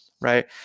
right